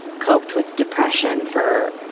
coped with depression for,